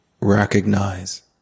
recognize